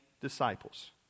disciples